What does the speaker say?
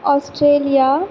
Australia